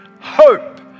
hope